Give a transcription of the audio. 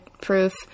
proof